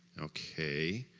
okay,